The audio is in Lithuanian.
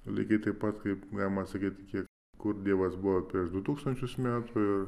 lygiai taip pat kaip galima sakyti iki kur dievas buvo prieš du tūkstančius metų ir